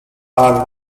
are